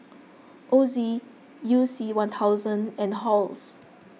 Ozi You C one thousand and Halls